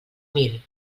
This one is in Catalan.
mil